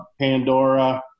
pandora